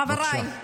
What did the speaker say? חבריי,